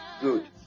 Good